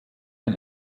pin